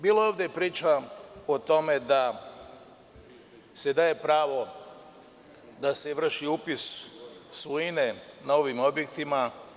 Bilo je ovde priča o tome da se daje pravo da se vrši upis svojine na ovim objektima.